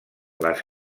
les